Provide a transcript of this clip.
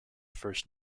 first